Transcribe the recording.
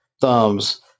thumbs